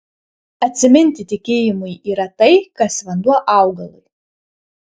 atsiminti tikėjimui yra tai kas vanduo augalui